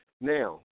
Now